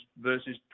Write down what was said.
versus